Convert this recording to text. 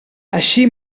així